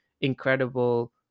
incredible